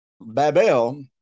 Babel